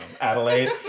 Adelaide